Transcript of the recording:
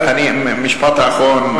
משפט אחרון.